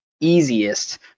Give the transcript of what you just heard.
easiest